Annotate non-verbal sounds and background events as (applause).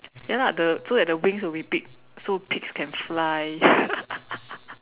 ya lah the so that the wings will be big so pigs can fly (laughs)